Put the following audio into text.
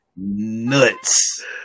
Nuts